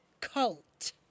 cult